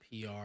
PR